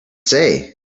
say